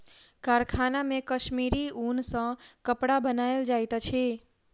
कारखाना मे कश्मीरी ऊन सॅ कपड़ा बनायल जाइत अछि